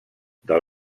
del